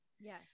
Yes